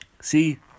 See